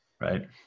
right